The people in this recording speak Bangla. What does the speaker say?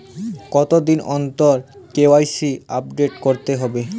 কতদিন অন্তর কে.ওয়াই.সি আপডেট করতে হবে?